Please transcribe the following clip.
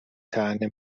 طعنه